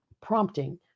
prompting